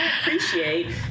appreciate